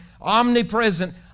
omnipresent